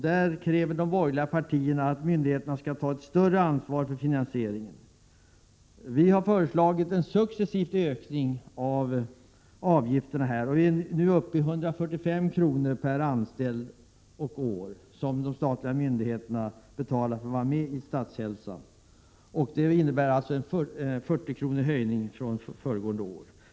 Där kräver de borgerliga motionärerna att myndigheterna skall ta ett större ansvar för finansieringen. Vi har föreslagit en successiv ökning av avgifterna. Vi är nu uppe i en avgift av 145 kr. per anställd och år som de statliga myndigheterna betalar för att vara med i Statshälsan. Det innebär 40 kr. höjning från föregående år.